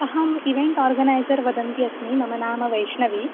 अहम् event organiser वदन्ती अस्मि मम नाम वैष्णवी